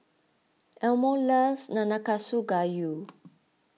Elmo loves Nanakusa Gayu